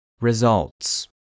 Results